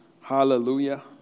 Hallelujah